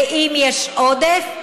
ואם יש עודף,